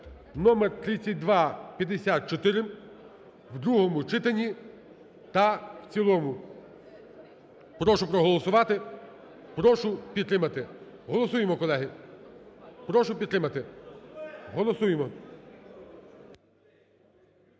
(номер 3254) в другому читанні та в цілому. Прошу проголосувати. Прошу підтримати. Голосуємо, колеги. Прошу підтримати. Голосуємо.